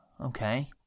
Okay